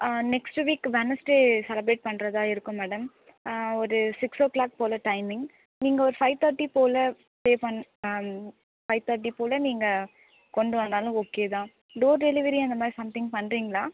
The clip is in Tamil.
நெக்ஸ்ட் வீக் வெனஸ்டே செலிபிரேட் பண்றதாக இருக்கோம் மேடம் ஒரு சிக்ஸ் ஓ கிளாக் போல் டைமிங் நீங்கள் ஒரு ஃபைவ் தர்ட்டி போல் பே பண்ண ஃபைவ் தர்ட்டி போல் நீங்கள் கொண்டு வந்தாலும் ஓகேதான் டோர் டெலிவரி அந்த மாதிரி சம்திங் பண்ணுறீங்களா